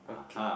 okay